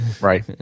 Right